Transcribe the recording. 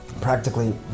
Practically